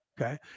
okay